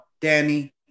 Danny